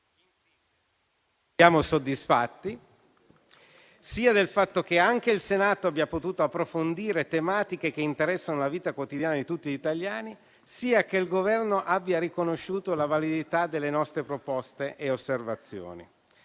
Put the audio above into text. Siamo soddisfatti sia del fatto che anche il Senato abbia potuto approfondire tematiche che interessano la vita quotidiana di tutti gli italiani, sia che il Governo abbia riconosciuto la validità delle nostre proposte e osservazioni.